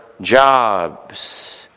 jobs